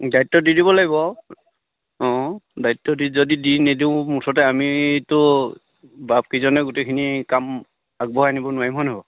দায়িত্ব দি দিব লাগিব আৰু অঁ দায়িত্ব দি যদি দি নিদিওঁ মুঠতে আমিতো বাপকেইজনে গোটেইখিনি কাম আগবঢ়াই নিব নোৱাৰিম হয়নে বাৰু